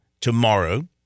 tomorrow